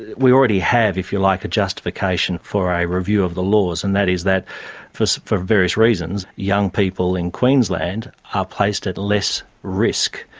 we already have, if you like, a justification for a review of the laws, and that is that for for various reasons young people in queensland are placed at less risk,